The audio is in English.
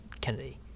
Kennedy